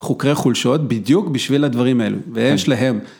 חוקרי חולשות בדיוק בשביל הדברים האלו, ויש להם.